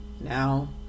now